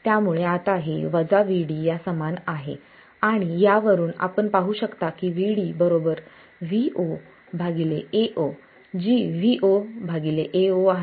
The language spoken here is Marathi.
त्यामुळे आता हे Vd या समान आहे आणि यावरून आपण पाहू शकता की Vd Vo Ao जी Vo Ao आहे